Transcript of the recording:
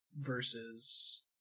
versus